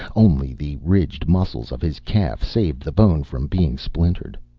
only the ridged muscles of his calf saved the bone from being splintered.